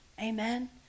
amen